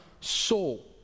soul